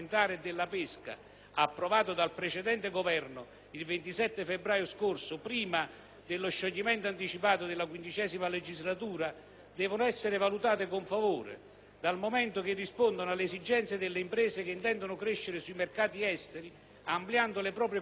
approvato dal precedente Governo il 27 febbraio scorso, prima dello scioglimento anticipato della XV legislatura, devono essere valutate con favore, dal momento che rispondono alle esigenze delle imprese che intendono crescere sui mercati esteri, ampliando le proprie quote di mercato.